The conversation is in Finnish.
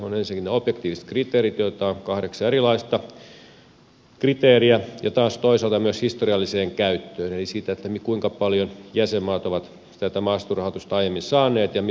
on ensinnäkin nämä objektiiviset kriteerit joita on kahdeksan erilaista kriteeriä ja toisaalta myös historiallinen käyttö eli se kuinka paljon jäsenmaat ovat tätä maaseuturahoitusta aiemmin saaneet ja miten sitä on käytetty